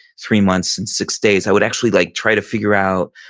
three months, and six days i would actually like try to figure out,